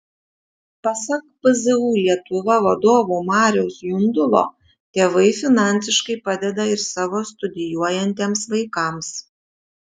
pasak pzu lietuva vadovo mariaus jundulo tėvai finansiškai padeda ir savo studijuojantiems vaikams